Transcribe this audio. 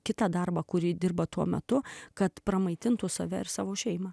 kitą darbą kurį dirba tuo metu kad pramaitintų save ir savo šeimą